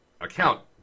account